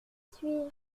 suis